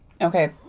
Okay